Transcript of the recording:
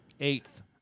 Eighth